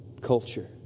Culture